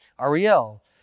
Ariel